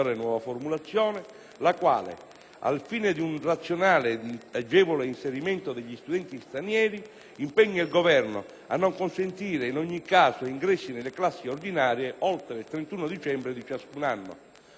al fine di un razionale ed agevole inserimento degli studenti stranieri, impegna il Governo a non consentire in ogni caso ingressi nelle classi ordinarie oltre il 31 dicembre di ciascun anno.